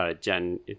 Jen